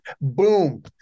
Boom